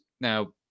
now